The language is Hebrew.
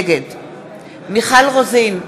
נגד מיכל רוזין,